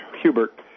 Hubert